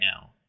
now